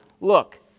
look